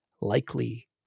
likely